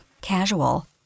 casual